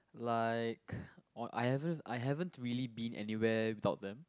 like or I haven't I haven't really been anywhere without them